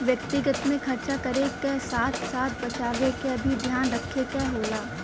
व्यक्तिगत में खरचा करे क साथ साथ बचावे क भी ध्यान रखे क होला